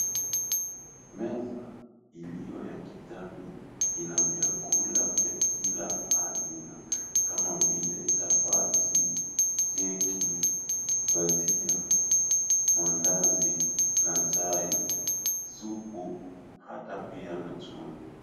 Meza, iliyo ya kijani ina vyakula vya kila aina. Kama vile chapati, keki, bajia, mandazi na chai, supu hata pia na chumvi.